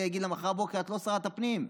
להגיד לה: מחר בבוקר את לא שרת הפנים.